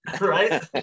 Right